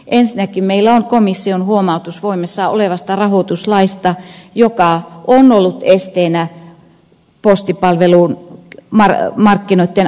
ensinnäkin meillä on komission huomautus voimassa olevasta rahoituslaista joka on ollut esteenä postipalvelumarkkinoitten avaamiselle